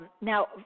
Now